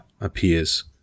appears